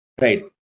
right